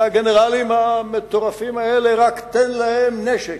והגנרלים המטורפים האלה, רק תן להם נשק,